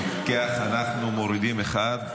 אם כך, אנחנו מורידים אחד.